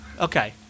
Okay